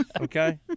okay